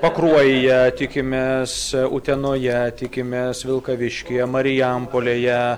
pakruojyje tikimės utenoje tikimės vilkaviškyje marijampolėje